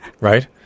right